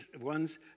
ones